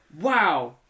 Wow